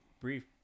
brief